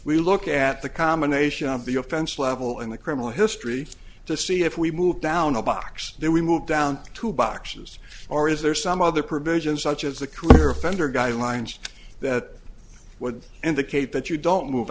we look at the combination of the offense level in the criminal history to see if we move down a box then we move down to boxes or is there some other provision such as the clear offender guidelines that would indicate that you don't move